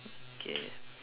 okay